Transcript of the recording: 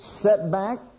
setback